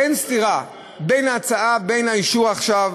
אין סתירה בין ההצעה, בין האישור עכשיו